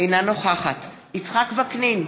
אינה נוכחת יצחק וקנין,